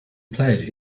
played